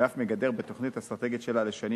ואף מוגדר בתוכנית האסטרטגית שלה לשנים